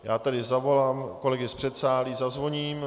Já tedy zavolám kolegy z předsálí, zazvoním.